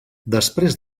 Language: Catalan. després